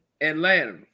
Atlanta